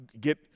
get